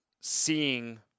seeing